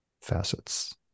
facets